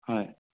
হয়